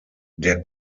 der